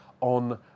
on